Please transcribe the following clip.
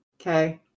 Okay